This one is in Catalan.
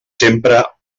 sempre